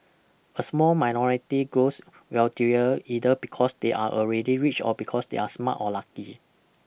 a small minority grows wealthier either because they are already rich or because they are smart or lucky